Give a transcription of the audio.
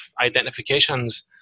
identifications